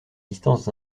distances